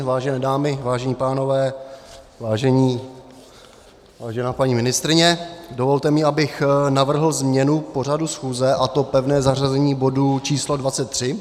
Vážené dámy, vážení pánové, vážená paní ministryně, dovolte mi, abych navrhl změnu pořadu schůze, a to pevné zařazení bodu číslo 23.